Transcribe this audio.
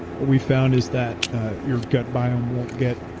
what we found is that ah your gut biome won't get.